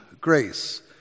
grace